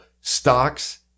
stocks